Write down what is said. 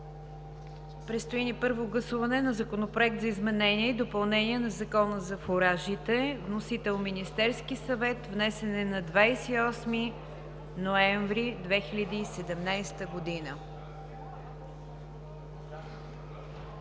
Предстои ни първо гласуване на Законопроекта за изменение и допълнение на Закона за фуражите, внесен от Министерския съвет на 28 ноември 2017 г.